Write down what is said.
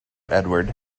edward